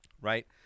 right